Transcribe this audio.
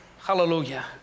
Hallelujah